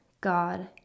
God